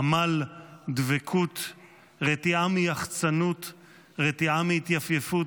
עמל, דבקות, רתיעה מיחצנות, רתיעה מהתייפייפות.